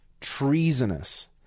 treasonous